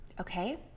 okay